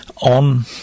on